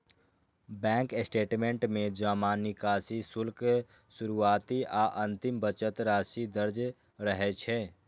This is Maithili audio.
बैंक स्टेटमेंट में जमा, निकासी, शुल्क, शुरुआती आ अंतिम बचत राशि दर्ज रहै छै